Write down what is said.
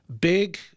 Big